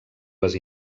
les